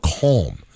calm